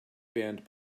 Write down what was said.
banned